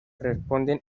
responden